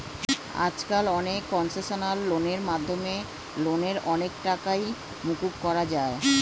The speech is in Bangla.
আজকাল অনেক কনসেশনাল লোনের মাধ্যমে লোনের অনেকটা টাকাই মকুব করা যায়